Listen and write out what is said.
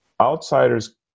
outsiders